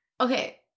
Okay